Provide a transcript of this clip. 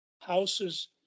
houses